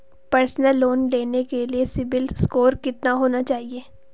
Personal loan लेने के लिए सिबिल स्कोर कितना होना चाहिए?